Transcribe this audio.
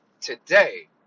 today